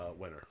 winner